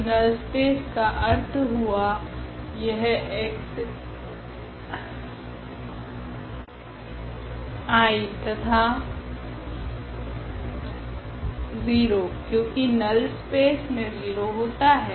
तो null space का अर्थ हुआ यह xI तथा 0 क्योकि नल स्पेस मे 0 होता है